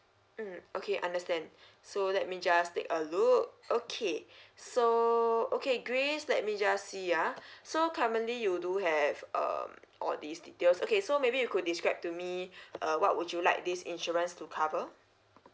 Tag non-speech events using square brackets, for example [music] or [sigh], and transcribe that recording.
mm okay understand so let me just take a look okay [breath] so okay grace let me just see ah so currently you do have um all these details okay so maybe you could describe to me [breath] uh what would you like this insurance to cover